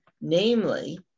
namely